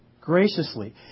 Graciously